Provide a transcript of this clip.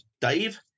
Dave